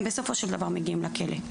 הם בסופו של דבר מגיעים לכלא.